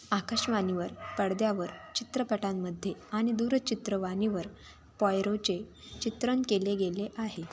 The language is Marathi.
आकाशवाणीवर पडद्यावर चित्रपटांमध्ये आणि दूरचित्रवाणीवर पॉयरोचे चित्रण केले गेले आहे